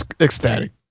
ecstatic